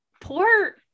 poor